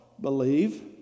believe